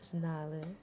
Knowledge